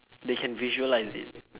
they can visualise it